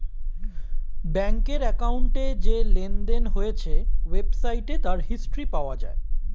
ব্যাংকের অ্যাকাউন্টে যে লেনদেন হয়েছে ওয়েবসাইটে তার হিস্ট্রি পাওয়া যায়